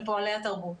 לפועלי התרבות.